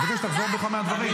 אני רוצה שתחזור בך מהדברים.